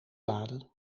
laden